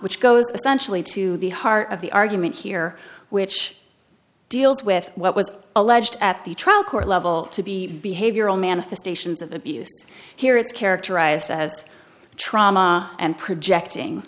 which goes essentially to the heart of the argument here which deals with what was alleged at the trial court level to be behavioral manifestations of abuse here it's characterized as trauma and projecting